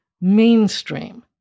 mainstream